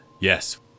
Yes